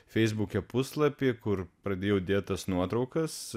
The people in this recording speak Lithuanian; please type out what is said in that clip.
feisbuke puslapį kur pradėjau dėt tas nuotraukas